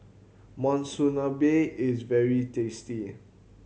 monsunabe is very tasty